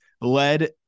led